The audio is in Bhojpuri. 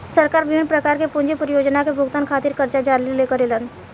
सरकार बिभिन्न प्रकार के पूंजी परियोजना के भुगतान खातिर करजा जारी करेले